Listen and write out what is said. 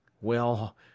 Well